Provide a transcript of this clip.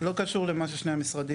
לא קשור למה ששני המשרדים.